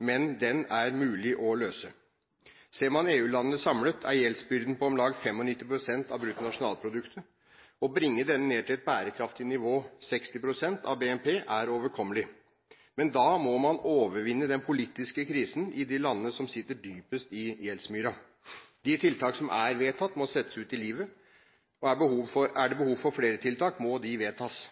men den er mulig å løse. Ser man EU-landene samlet, er gjeldsbyrden på om lag 95 pst. av bruttonasjonalproduktet. Å bringe denne ned til et bærekraftig nivå, 60 pst. av BNP, er overkommelig, men da må man overvinne den politiske krisen i de landene som sitter dypest i gjeldsmyren. De tiltak som er vedtatt, må settes ut i livet, og er det behov for flere tiltak, må de vedtas.